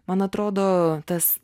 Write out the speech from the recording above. man atrodo tas